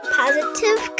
positive